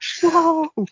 whoa